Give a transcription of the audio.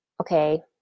okay